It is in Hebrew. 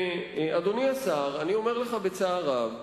ואדוני השר, אני אומר לך בצער רב,